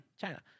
China